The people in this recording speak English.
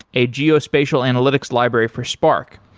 a geospatial analytics library for spark.